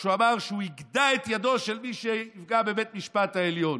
כשהוא אמר שהוא יגדע את ידו של מי שיפגע בבית המשפט העליון.